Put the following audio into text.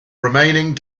remaining